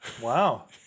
Wow